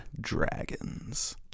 Dragons